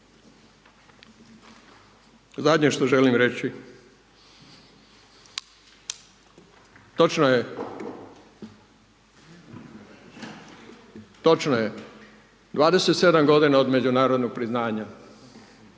Zadnje što želim reći, točno je, točno je 27 godina od međunarodnog priznanja,